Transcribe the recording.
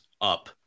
up